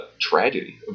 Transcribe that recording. tragedy